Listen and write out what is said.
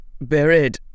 Buried